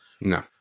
No